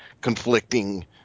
conflicting